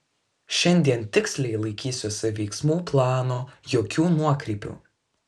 šiandien tiksliai laikysiuosi veiksmų plano jokių nuokrypių